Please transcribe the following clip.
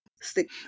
stick